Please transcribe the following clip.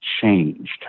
changed